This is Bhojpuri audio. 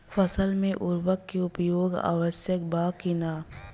फसल में उर्वरक के उपयोग आवश्यक बा कि न?